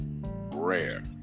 rare